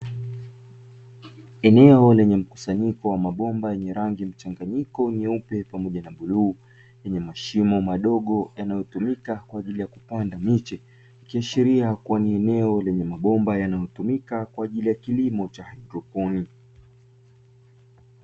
Eneo lenye mkusanyiko wa mabomba yenye rangi mchanganyiko nyeupe pamoja na bluu, yenye mashimo madogo yanayotumika kwa ajili ya kupanda miche ikiashiria kuwa ni eneo linalotumika kwa ajili ya kilimo cha haidroponi.